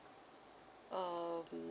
um